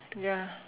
ya